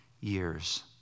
years